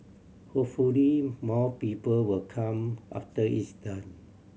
hopefully more people will come after it's done